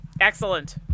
Excellent